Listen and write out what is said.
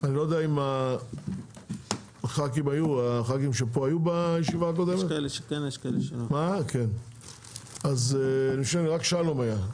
אני לא יודע אם הח"כים היו פה בישיבה הקודמת אז אני חושב רק שלום היה,